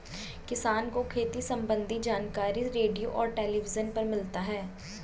किसान को खेती सम्बन्धी जानकारी रेडियो और टेलीविज़न पर मिलता है